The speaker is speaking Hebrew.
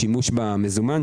השימוש במזומן,